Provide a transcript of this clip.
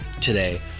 today